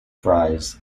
fries